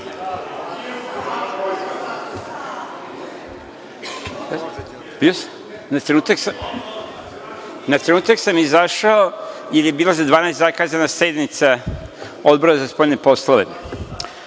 Na trenutak sam izašao jer je bila za 12,00 zakazana sednica Odbora za spoljne